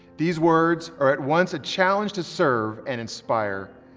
these words are at once a challenge to serve and inspire,